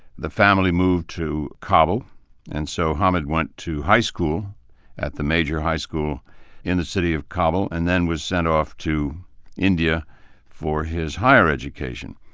the family moved to kabul and so hamid went to high school at the major high school in the city of kabul and then was sent off to india for his higher education.